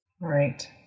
Right